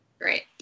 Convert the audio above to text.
Great